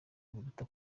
biruta